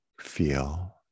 feel